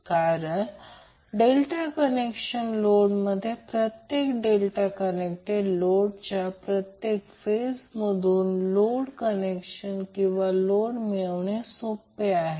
कारण delta connection लोडमध्ये प्रत्येक डेल्टा कनेक्टेड लोडच्या प्रत्येक फेजमधून लोड कनेक्शन किंवा लोड मिळवणे सोपे आहे